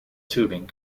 tubing